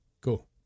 Cool